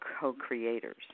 co-creators